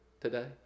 today